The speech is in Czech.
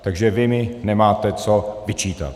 Takže vy mi nemáte co vyčítat.